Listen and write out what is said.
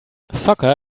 soccer